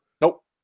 Nope